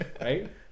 Right